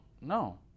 no